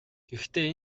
гэхдээ